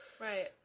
Right